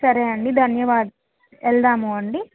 సరే అండి ధన్యవా వెళదాము అండి